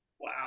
Wow